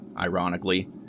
ironically